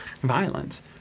violence